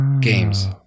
games